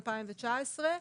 2019,